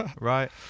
right